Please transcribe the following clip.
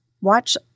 watch